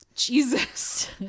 Jesus